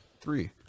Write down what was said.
three